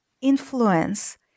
influence